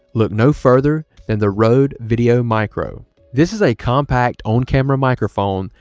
look no further than the rode videomicro this is a compact own camera microphone.